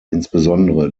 insbesondere